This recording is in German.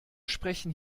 sprechen